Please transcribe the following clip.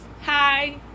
hi